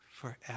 forever